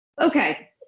Okay